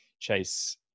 chase